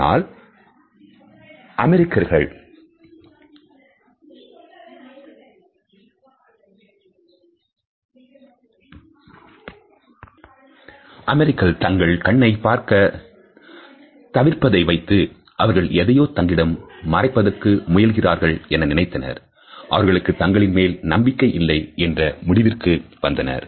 ஆனால் அமெரிக்கர்கள் தங்கள் கண்ணை பார்க்க தவிர்ப்ப தை வைத்து அவர்கள் எதையோ தங்களிடம் மறைப்பதற்கு முயல்கிறார்கள் என நினைத்தனர் அவர்களுக்கு தங்களின் மேல் நம்பிக்கை இல்லை என்ற முடிவிற்கு வந்தனர்